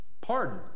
pardon